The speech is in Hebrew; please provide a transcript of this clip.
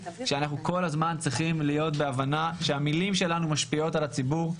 אנחנו כל הזמן צריכים להיות בהבנה שהמילים שלנו משפיעות על הציבור,